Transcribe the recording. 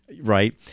Right